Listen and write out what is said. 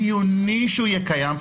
חיוני שהוא יהיה קיים,